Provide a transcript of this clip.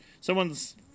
someone's